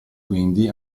quindi